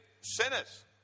sinners